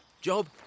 Job